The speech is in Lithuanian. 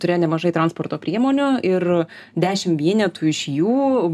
turėjo nemažai transporto priemonių ir dešim vienetų iš jų